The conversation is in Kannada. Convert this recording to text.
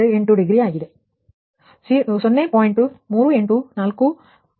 8 ಡಿಗ್ರಿ ಕಾಂಜುಗೇಟ್ ಪ್ಲಸ್ 0